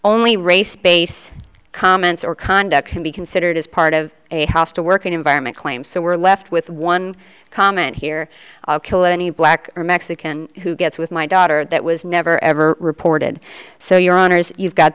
only race base comments or conduct can be considered as part of a hostile work environment claim so we're left with one comment here kill any black or mexican who gets with my daughter that was never ever reported so your honors you've got